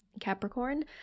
Capricorn